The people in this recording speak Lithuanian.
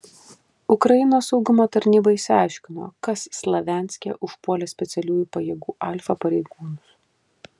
ukrainos saugumo tarnyba išsiaiškino kas slavianske užpuolė specialiųjų pajėgų alfa pareigūnus